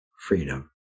freedom